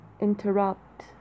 interrupt